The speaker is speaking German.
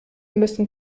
müssen